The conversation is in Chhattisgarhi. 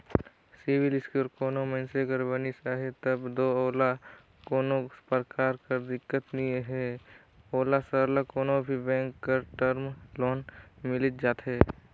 सिविल इस्कोर कोनो मइनसे कर बनिस अहे तब दो ओला कोनो परकार कर दिक्कत नी हे ओला सरलग कोनो भी बेंक कर टर्म लोन मिलिच जाथे